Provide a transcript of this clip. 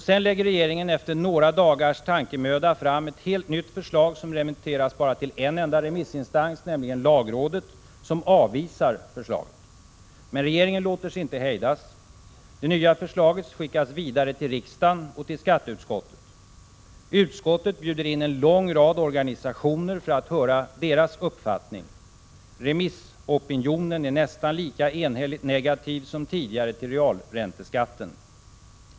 Sedan lägger regeringen efter några dagars tankearbete fram ett helt nytt förslag, som remitteras bara till en enda remissinstans, nämligen lagrådet, som avvisar förslaget. Men regeringen låter sig inte hejdas. Det nya förslaget skickas vidare till riksdagen och till skatteutskottet. Utskottet bjuder in en lång rad organisationer för att höra deras uppfattning. ”Remissopinionen” är nästan lika enhälligt negativ som tidigare till realränteskatten.